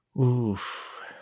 Oof